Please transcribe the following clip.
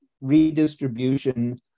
redistribution